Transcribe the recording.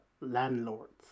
landlords